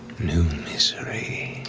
new misery